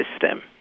system